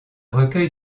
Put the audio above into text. recueil